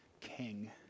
King